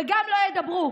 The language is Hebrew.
וגם לא ידברו.